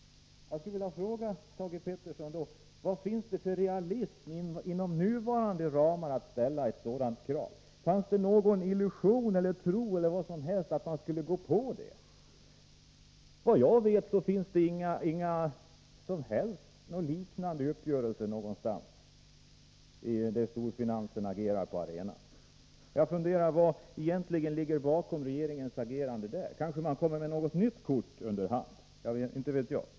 Jag skulle vilja fråga Thage Peterson: Vad finns det för realism i att ställa ett sådant krav inom nuvarande ramar? Fanns det någon illusion om eller tro på att storfinansen skulle gå på det? Såvitt jag vet finns det inte någon liknande uppgörelse någonstans där storfinansen agerar på arenan. Jag funderar på vad som egentligen ligger bakom regeringens agerande i detta sammanhang. Kanske kommer man med något nytt kort under hand — inte vet jag.